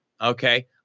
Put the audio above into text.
Okay